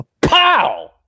pow